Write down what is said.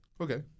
okay